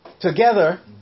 Together